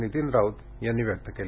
नितीन राऊत यांनी व्यक्त केली